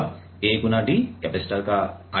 अब A × d capacitor का आयतन है